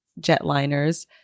jetliners